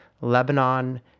Lebanon